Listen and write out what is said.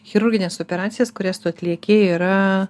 chirurginės operacijos kurias tu atlieki yra